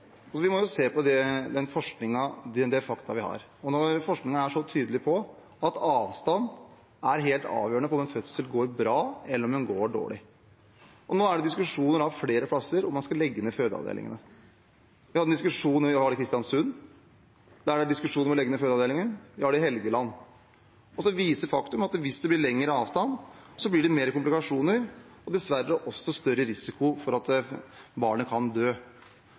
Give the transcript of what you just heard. Vi må jo se på den forskningen og de faktaene vi har, og forskningen er tydelig på at avstand er helt avgjørende for om en fødsel går bra, eller om den går dårlig. Nå er det diskusjoner flere plasser om man skal legge ned fødeavdelingene. Vi har en diskusjon i Kristiansund – der er det diskusjon om å legge ned fødeavdelingen – og vi har det på Helgeland. Så viser faktum at hvis det blir lengre avstand, blir det mer komplikasjoner og dessverre også større risiko for at barnet kan dø.